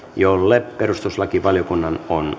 jolle perustuslakivaliokunnan on